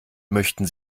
möchten